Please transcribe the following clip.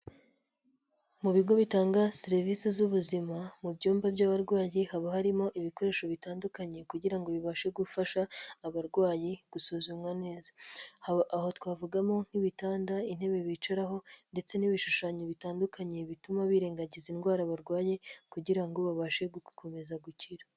Mu bigo bitanga serivisi z'ubuzima, mu byumba by'abarwayi haba harimo ibikoresho bitandukanye kugira ngo bibashe gufasha abarwayi gusuzumwa neza. Aho twavugamo nk'ibitanda, intebe bicaraho ndetse n'ibishushanyo bitandukanye bituma birengagiza indwara barwaye. Kugira ngo babashe gukomeza gukira.